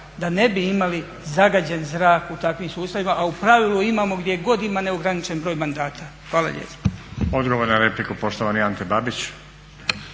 da ne bi imali zagađen zrak u takvim sustavima, a u pravilu imamo gdje god ima neograničen broj mandata. Hvala lijepa.